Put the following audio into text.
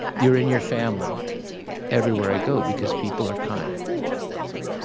you're in your family everywhere i go, because people are kind so